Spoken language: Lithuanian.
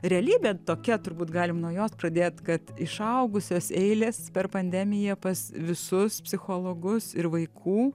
realybė tokia turbūt galim nuo jos pradėt kad išaugusios eilės per pandemiją pas visus psichologus ir vaikų